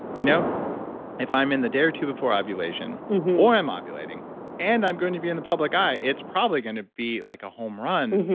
you know if i'm in the day or two before i or am ovulating and i'm going to be in the public eye it's probably going to be like a home run.